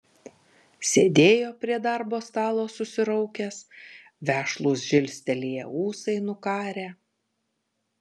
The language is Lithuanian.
sėdėjo prie darbo stalo susiraukęs vešlūs žilstelėję ūsai nukarę